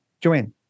joanne